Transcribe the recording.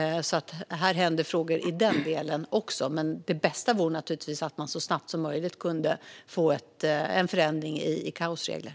Det händer saker även i den delen. Men det bästa vore naturligtvis om man så snabbt som möjligt kunde få till en förändring i ICAO:s regler.